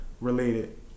related